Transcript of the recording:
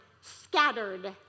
scattered